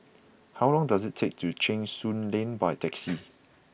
how long does it take to Cheng Soon Lane by taxi